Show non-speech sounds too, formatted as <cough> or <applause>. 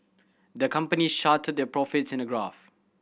the company <unintelligible> their profits in a graph